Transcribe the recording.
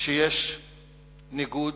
שיש ניגוד,